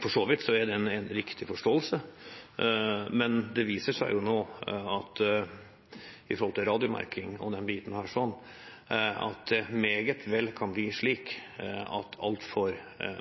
For så vidt er det en riktig forståelse, men det viser seg nå at når det gjelder radiomerking og den biten, kan det meget vel bli slik at altfor